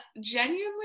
genuinely